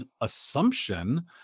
assumption